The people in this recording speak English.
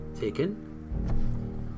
taken